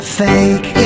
fake